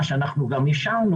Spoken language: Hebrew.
לא ברמת השרים.